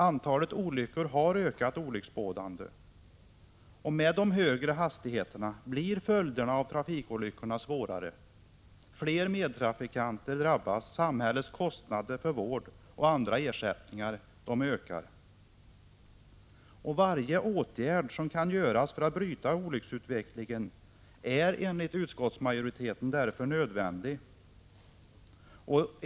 Antalet olyckor har allvarligt ökat. Med högre hastighet blir följderna av trafikolyckorna svårare, fler medtrafikanter drabbas, samhällets kostnader för vård och annat ökar. Varje åtgärd som kan vidtas för att bryta olycksutvecklingen är därför enligt utskottsmajoriteten nödvändig.